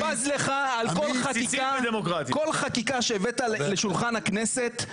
אני בז לך על כל חקיקה --- בסיסית ודמוקרטית.